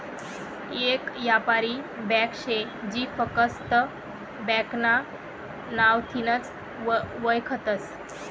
येक यापारी ब्यांक शे जी फकस्त ब्यांकना नावथीनच वयखतस